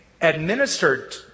administered